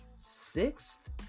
sixth